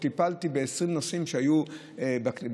עוד טיפלתי ב-20 נוסעים שהיו ביציאה